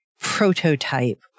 prototype